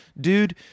dude